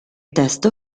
testo